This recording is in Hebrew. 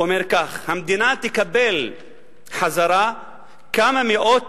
אומר כך: המדינה תקבל חזרה כמה מאות